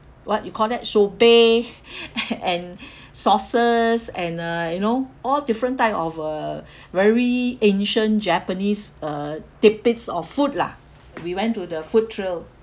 what you call that sorbet and sauces and uh you know all different type of uh very ancient japanese uh tidbits or food lah we went to the food trail